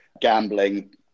gambling